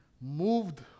moved